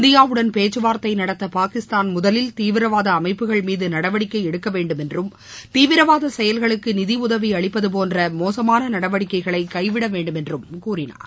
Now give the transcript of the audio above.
இந்தியாவுடன் பேச்சுவார்த்தை நடத்த பாகிஸ்தான் முதலில் தீவிரவாத அமைப்புகள் மீது நடவடிக்கை எடுக்கவேண்டும் என்றும் தீவிரவாத செயல்களுக்கு நிதியுதவி அளிப்பது போன்ற மோசமான நடவடிக்கைகளை கைவிடவேண்டும் என்றும் கூறினார்